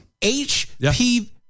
HPV